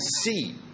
see